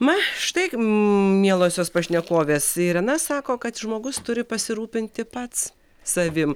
na štai mielosios pašnekovės irena sako kad žmogus turi pasirūpinti pats savim